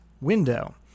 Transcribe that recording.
window